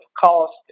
cost